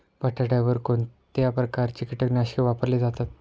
बटाट्यावर कोणत्या प्रकारची कीटकनाशके वापरली जातात?